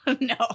No